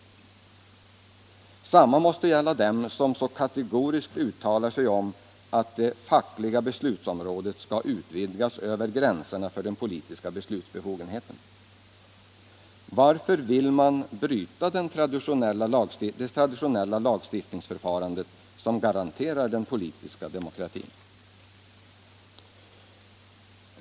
Detsamma måste gälla dem som så kategoriskt uttalar sig om att det fackliga beslutsområdet skall utvidgas över gränserna för den politiska beslutsbefogenheten. Varför vill man bryta det traditionella lagstiftningsförf den politiska demokratin?